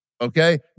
okay